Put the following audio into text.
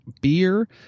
beer